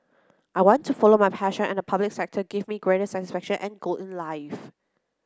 I want to follow my passion and the public sector give me greater satisfaction and goal in life